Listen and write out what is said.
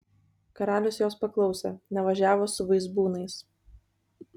karalius jos paklausė nevažiavo su vaizbūnais